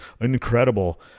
incredible